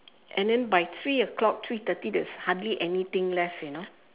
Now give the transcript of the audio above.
and then by three o-clock three thirty there is hardly anything left you know